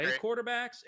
quarterbacks